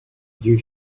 you